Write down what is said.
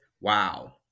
wow